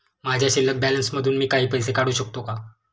माझ्या शिल्लक बॅलन्स मधून मी काही पैसे काढू शकतो का?